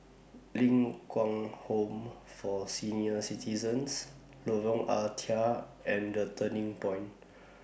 Ling Kwang Home For Senior Citizens Lorong Ah Thia and The Turning Point